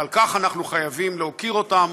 ועל כך אנחנו חייבים להוקיר אותן